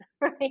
right